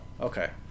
okay